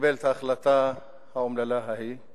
שקיבל את ההחלטה האומללה ההיא.